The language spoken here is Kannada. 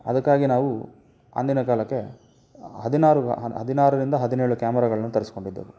ಅದಕ್ಕಾಗಿ ನಾವು ಅಂದಿನ ಕಾಲಕ್ಕೆ ಹದಿನಾರು ಹದಿನಾರರಿಂದ ಹದಿನೇಳು ಕ್ಯಾಮ್ರಾಗಳನ್ನು ತರ್ಸಿಕೊಂಡಿದ್ದೆವು